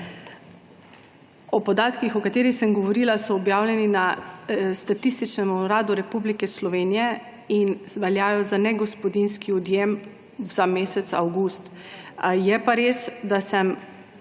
Podatki, o katerih sem govorila, so objavljeni na Statističnem uradu Republike Slovenije in veljajo za negospodinjski odjem za mesec avgust. Je pa res, da sem